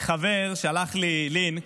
חבר שלח לי לינק,